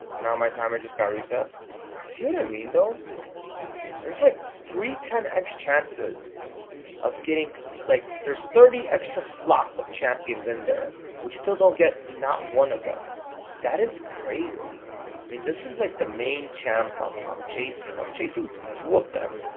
now my timer just got reset you see what i mean though there's like three ten x chances of getting like there's thirty extra slots of champions in there we still don't get not one of them that is crazy i mean, this is like the main champ i'm i'm chasing. i'm chasing two of them.